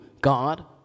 God